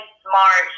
smart